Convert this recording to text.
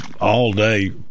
all-day